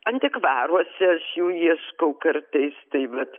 antikvaruose jų ieškau kartais tai vat